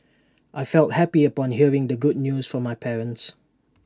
I felt happy upon hearing the good news from my parents